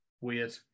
Weird